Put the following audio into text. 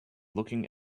looking